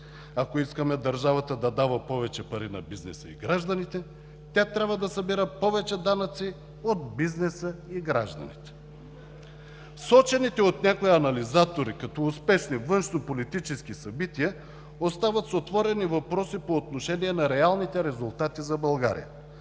„Ако искаме държавата да дава повече пари на бизнеса и гражданите, тя трябва да събира повече данъци от бизнеса и гражданите.“ Сочените от някои анализатори като успешни външнополитически събития остават с отворени въпроси по отношение на реалните резултати за България